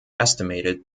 estimated